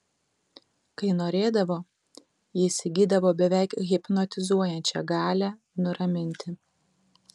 kai norėdavo jis įgydavo beveik hipnotizuojančią galią nuraminti